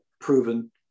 proven